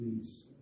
please